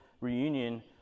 reunion